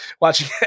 watching